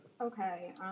Okay